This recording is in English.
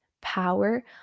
power